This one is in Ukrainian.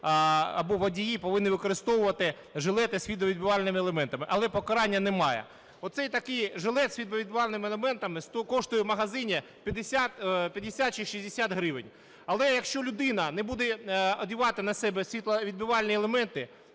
або водії, повинні використовувати жилети із світловідбивальними елементами, але покарання немає. Оцей, такий жилет із світловідбивальними елементами коштує у магазині 50 чи 60 гривень. Але якщо людина не буде одягати на себе світловідбивальні елементи,